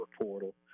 portal